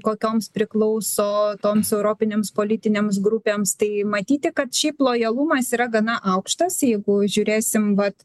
kokioms priklauso toms europinėms politinėms grupėms tai matyti kad šiaip lojalumas yra gana aukštas jeigu žiūrėsim vat